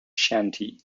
shanty